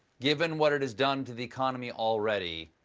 given what it has done to the economy already,